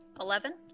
Eleven